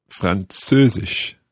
Französisch